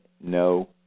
no